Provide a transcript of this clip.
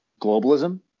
globalism